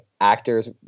actors